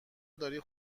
داری